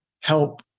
help